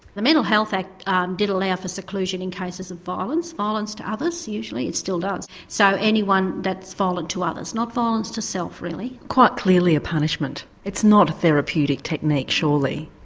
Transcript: the mental health act did allow for seclusion in cases of violence, violence to others usually, and still does, so anyone that's violent to others, not violence to self really. quite clearly a punishment, it's not a therapeutic technique surely?